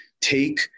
take